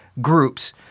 groups